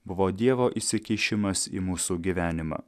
buvo dievo įsikišimas į mūsų gyvenimą